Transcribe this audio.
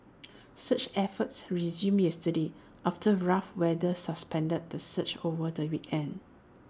search efforts resumed yesterday after rough weather suspended the search over the weekend